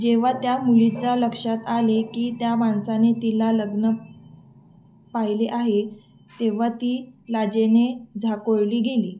जेव्हा त्या मुलीचा लक्षात आले की त्या माणसाने तिला लग्न पाहिले आहे तेव्हा ती लाजेने झाकोळली गेली